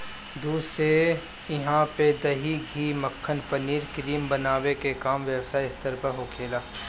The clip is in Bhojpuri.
दूध से इहा पे दही, घी, मक्खन, पनीर, क्रीम बनावे के काम व्यवसायिक स्तर पे होखेला